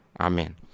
amen